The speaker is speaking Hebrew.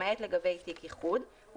למעט לגבי תיק איחוד,